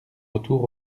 retour